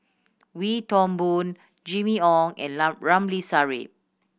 Wee Toon Boon Jimmy Ong and Ramli Sarip